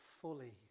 fully